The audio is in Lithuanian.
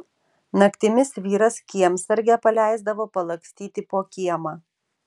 naktimis vyras kiemsargę paleisdavo palakstyti po kiemą